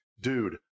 dude